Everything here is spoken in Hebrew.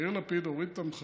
יאיר לפיד, הוריד את המכסים.